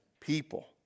people